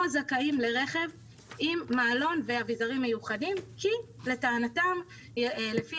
זכאים לרכב עם מעלון ואביזרים מיוחדים כי לטענתם לפי